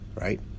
right